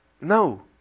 No